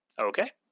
Okay